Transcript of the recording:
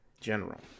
general